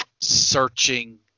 searching